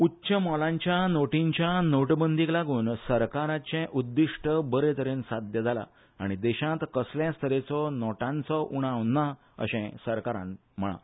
उच्च मुल्यांच्या नोटींच्या नोटबंदीक लागून सरकाराचे उद्दीश्ट बरे तरेन साद्य जालां आनी देशांत कसलेय तरेचो नोटीचो उणाव ना अशें सरकाराक म्हळां